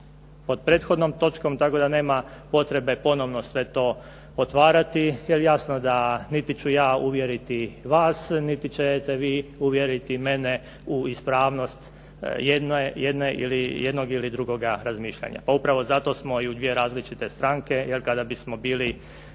pod prethodnom točkom tako da nema potrebe ponovno sve to otvarati, jer jasno da niti ću ja uvjeriti vas, niti ćete vi uvjeriti mene u ispravnost jednog ili drugog razmišljanja. Pa upravo zato smo i u dvije različite stranke. Jer kada bismo bili